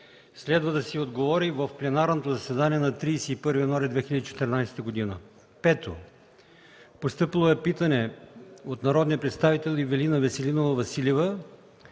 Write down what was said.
Следва да се отговори в пленарното заседание на 31 януари 2014 г. 5. Постъпило е питане от народния представител Ивелина Веселинова Василева